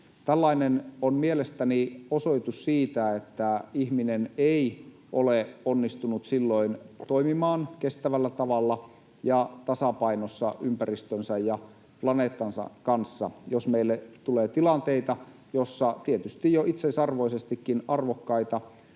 Tällainen on mielestäni osoitus siitä, että ihminen ei ole onnistunut silloin toimimaan kestävällä tavalla ja tasapainossa ympäristönsä ja planeettansa kanssa, jos meille tulee tilanteita, joissa tietysti jo itseisarvoisestikin arvokkaita